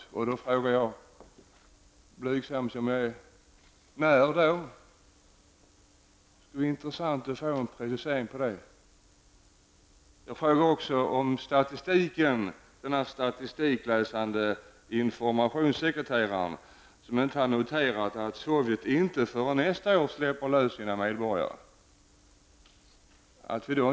Blygsam som jag är frågar jag då: När? Det skulle vara intressant att få en precisering i det avseendet. Jag undrar också hur det är med den statistikläsande informationssekreteraren, som inte har noterat att Sovjet inte släpper lös sina medborgare förrän nästa år.